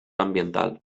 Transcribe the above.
ambiental